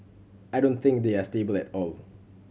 I don't think they are stable at all